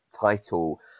title